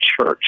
church